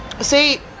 See